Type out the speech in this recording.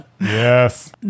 yes